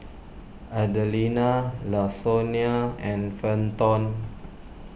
Adelina Lasonya and Fenton